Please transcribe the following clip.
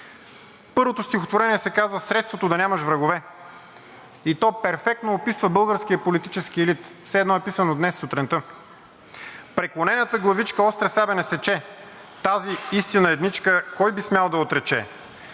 Първото стихотворение се казва „Средството да нямаш врагове“ и то перфектно описва българския политически елит, все едно е писано днес сутринта. „Преклонената главичка остра сабя не сече“ — тази истина едничка кой би смял да отрече?